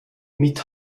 mit